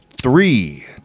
Three